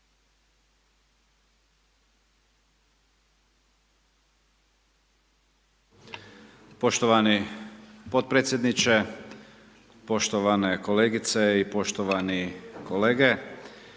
poštovani podpredsjedniče, poštovane kolegice i kolege,